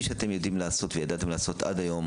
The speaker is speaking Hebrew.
שאתם יודעים לעשות וידעתם לעשות עד היום